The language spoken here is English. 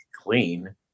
clean